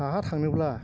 साहा थांनोब्ला